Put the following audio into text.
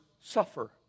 suffer